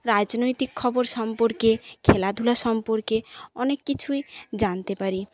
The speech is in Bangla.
রাজনৈতিক খবর সম্পর্কে খেলাধুলা সম্পর্কে অনেক কিছুই জানতে পারি